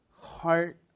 heart